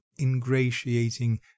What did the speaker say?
ingratiating